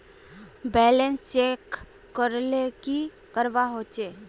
Balance check करले की करवा होचे?